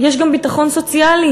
יש גם ביטחון סוציאלי